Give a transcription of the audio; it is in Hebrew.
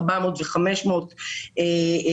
400 ו-500 משפחות.